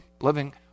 living